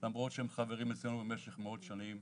למרות שהם חברים אצלנו במשך המון שנים.